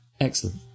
Excellent